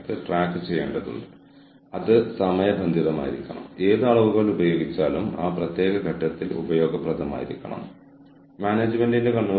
കൂടാതെ അത് ടീമിന്റെ ഘട്ടത്തിൽ ഓർഗനൈസേഷന്റെ ഘട്ടത്തിൽ ഹ്യൂമൻ ക്യാപിറ്റലിന്റെ രൂപീകരണത്തിന് കാരണമാകും